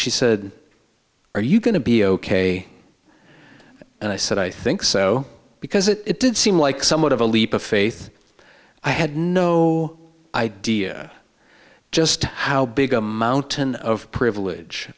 she said are you going to be ok and i said i think so because it did seem like somewhat of a leap of faith i had no idea just how big a mountain of privilege